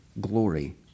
glory